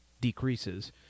decreases